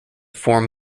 form